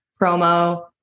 promo